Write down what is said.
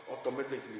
automatically